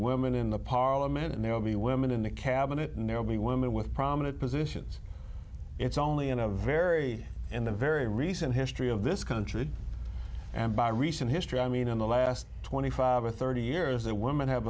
women in the parliament and there will be women in the cabinet and there will be women with prominent positions it's only in a very in the very recent history of this country and by recent history i mean in the last twenty five or thirty years the women have